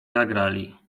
zagrali